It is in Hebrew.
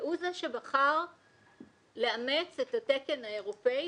והוא זה שבחר לאמץ את התקן האירופי,